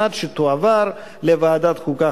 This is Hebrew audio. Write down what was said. על מנת שתועבר לוועדת החוקה,